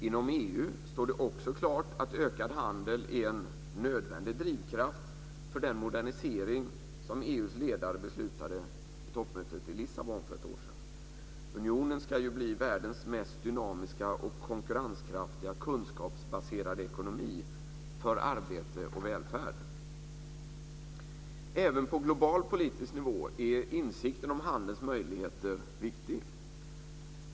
Inom EU står det också klart att ökad handel är en nödvändig drivkraft för den modernisering som EU:s ledare beslutade om för ett år sedan på toppmötet i Lissabon. Unionen ska ju bli världens mest dynamiska och konkurrenskraftiga kunskapsbaserade ekonomi för arbete och välfärd. Även på global politisk nivå är insikten om handelns möjligheter viktig.